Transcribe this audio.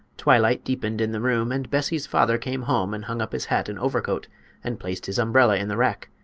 twilight deepened in the room and bessie's father came home and hung up his hat and overcoat and placed his umbrella in the rack.